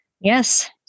Yes